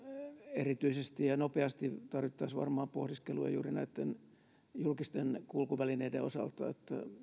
erityisesti ja nopeasti varmaan tarvittaisiin pohdiskelua juuri julkisten kulkuvälineiden osalta